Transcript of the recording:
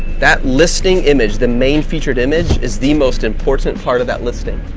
that listing image. the main featured image is the most important part of that listing.